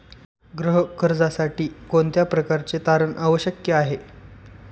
गृह कर्जासाठी कोणत्या प्रकारचे तारण आवश्यक आहे?